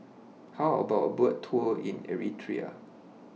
How about A Boat Tour in Eritrea